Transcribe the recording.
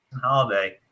Holiday